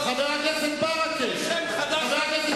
זה שם חדש, חבר הכנסת